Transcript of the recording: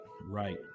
right